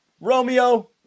Romeo